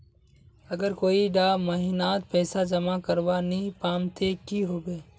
अगर कोई डा महीनात पैसा जमा करवा नी पाम ते की होबे?